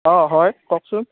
অঁ হয় কওকচোন